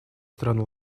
стран